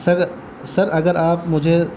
سر sir اگر آپ مجھے